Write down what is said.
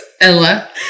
Ella